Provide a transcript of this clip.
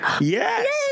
Yes